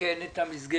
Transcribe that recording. לתקן את המסגרת?